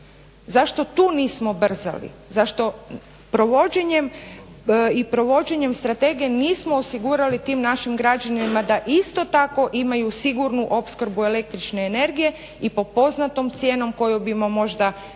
Zašto tu nismo brzali? Zašto provođenjem i provođenjem strategije nismo osigurali tim našim građanima da isto tako imaju sigurnu opskrbu električne energije i po poznatom cijenom koju bimo možda mi